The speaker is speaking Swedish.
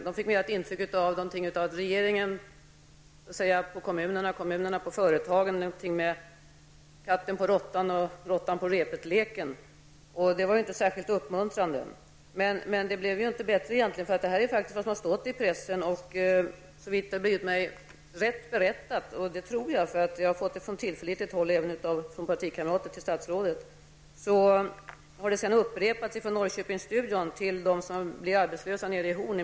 De fick ett intryck av att det var fråga om regeringen på kommunerna och kommunerna på företagen -- i likhet med katten på råttan och råttan på repet-leken. Och det var ju inte särskilt uppmuntrande. Det blev egentligen inte bättre. Detta är vad som har stått i pressen, och såvitt det har blivit mig rätt berättat -- och det tror jag, eftersom jag har fått det från tillförlitligt håll, även från partikamrater till statsrådet -- har vad som sades i Norrköpingsstudion sedan upprepats för dem som har blivit arbetslösa i Horn.